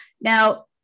Now